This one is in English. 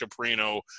Caprino